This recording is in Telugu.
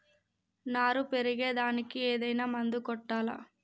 నారు పెరిగే దానికి ఏదైనా మందు కొట్టాలా?